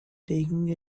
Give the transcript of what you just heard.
taking